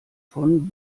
von